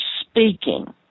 speaking